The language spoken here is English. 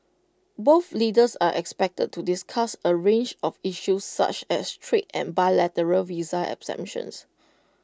both leaders are expected to discuss A range of issues such as trade and bilateral visa exemptions